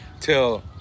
till